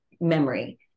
memory